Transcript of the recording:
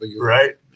right